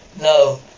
No